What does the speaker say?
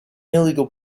illegal